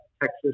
Texas